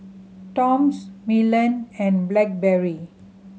Toms Milan and Blackberry